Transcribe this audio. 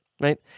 right